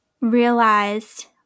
realized